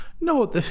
No